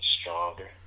stronger